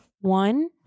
one